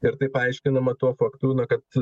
ir tai paaiškinama tuo faktu kad